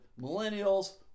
millennials